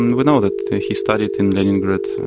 and we know that he studied in leningrad,